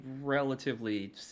relatively